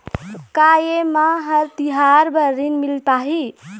का ये म हर तिहार बर ऋण मिल पाही?